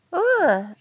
oh